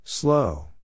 Slow